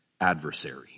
adversary